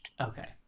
Okay